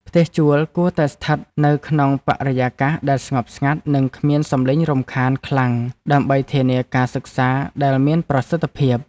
ផ្ទះជួលគួរតែស្ថិតនៅក្នុងបរិយាកាសដែលស្ងប់ស្ងាត់និងគ្មានសំឡេងរំខានខ្លាំង ដើម្បីធានាការសិក្សាដែលមានប្រសិទ្ធភាព។